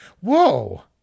Whoa